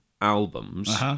albums